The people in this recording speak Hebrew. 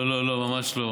לא, לא, לא, ממש לא.